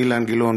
אילן גילאון,